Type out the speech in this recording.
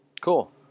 Cool